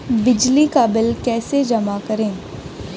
बिजली का बिल कैसे जमा करें?